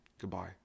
Goodbye